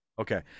okay